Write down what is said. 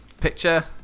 Picture